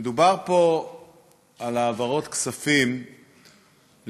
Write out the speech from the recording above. מדובר פה על העברות כספים לעמותות,